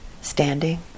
Standing